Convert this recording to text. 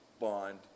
bond